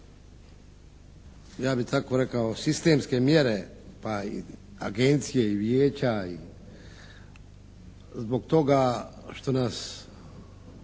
ja bih tako rekao sistemske mjere, pa i agencije i vijeća zbog toga što nas